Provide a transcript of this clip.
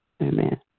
Amen